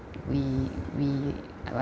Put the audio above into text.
we we